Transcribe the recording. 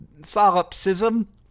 solipsism